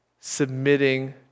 Submitting